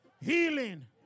healing